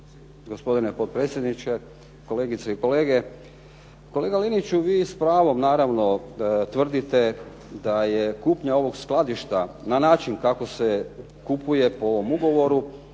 Gospodine potpredsjedniče, kolegice i kolege. Kolega Liniću vi s pravom naravno tvrdite da je kupnja ovog skladišta na način kako se kupuje po ovom ugovoru